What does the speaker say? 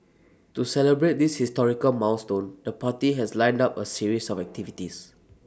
to celebrate this historical milestone the party has lined up A series of activities